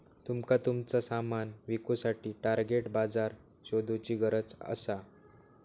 तुमका तुमचा सामान विकुसाठी टार्गेट बाजार शोधुची गरज असा